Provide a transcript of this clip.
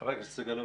חבר הכנסת סגלוביץ',